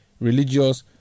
religious